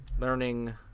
learning